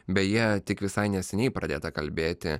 beje tik visai neseniai pradėta kalbėti